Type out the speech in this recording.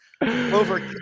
over